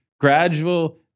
gradual